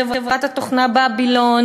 בחברת התוכנה "בבילון",